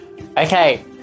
Okay